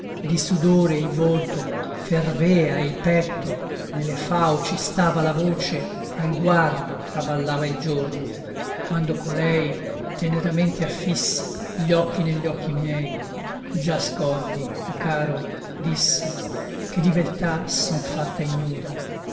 di sudore il volto ferveva e il petto nelle fauci stava la voce al guardo traballava il giorno quando colei teneramente affissi gli occhi negli occhi miei già scordi o caro disse che di beltà son fatta ignuda